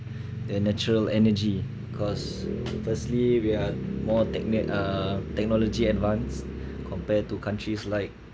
the natural energy cause firstly we are more techne~ uh technology advance compare to countries like